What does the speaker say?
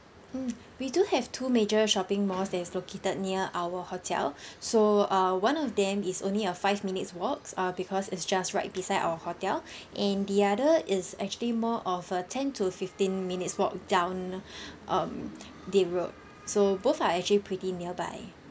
mm we do have two major shopping malls that is located near our hotel so uh one of them is only a five minutes' walks uh because it's just right beside our hotel and the other is actually more of a ten to fifteen minutes walk down um the road so both are actually pretty nearby